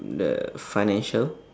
the financial